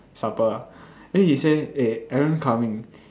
supper then he say eh Alan coming